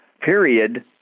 period